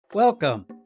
Welcome